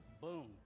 boom